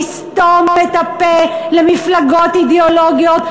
לסתום את הפה למפלגות אידיאולוגיות.